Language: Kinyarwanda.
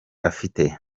afite